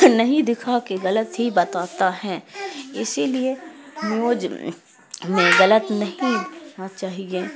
نہیں دکھا کے غلط ہی بتاتا ہیں اسی لیے نیوج میں غلط نہیں چاہیے